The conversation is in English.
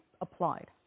applied